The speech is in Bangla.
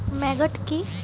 ম্যাগট কি?